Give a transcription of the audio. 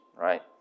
right